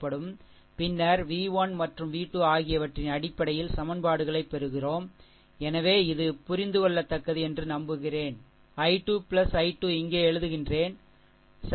பின்னர் V1 மற்றும் V2 ஆகியவற்றின் அடிப்படையில் சமன்பாடுகளைப் பெறுகிறோம் எனவே இது புரிந்துகொள்ளத்தக்கது என்று நம்புகிறேன் i 2 i 2 இங்கே எழுதுகின்றேன் சரி